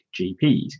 gps